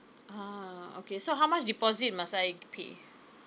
ah okay so how much deposit must I pay